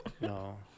no